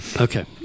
Okay